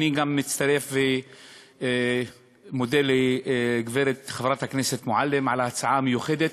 גם אני מצטרף ומודה לגברת חברת הכנסת מועלם על ההצעה המיוחדת,